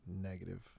negative